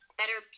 better